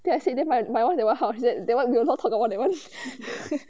then I say then my my [one] they will how to say that [one] we will not talk about that [one]